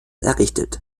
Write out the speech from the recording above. errichtet